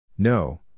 No